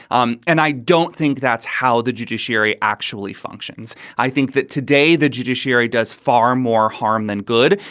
um and i don't think that's how the judiciary actually functions. i think that today the judiciary does far more harm than good,